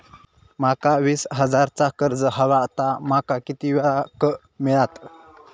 माका वीस हजार चा कर्ज हव्या ता माका किती वेळा क मिळात?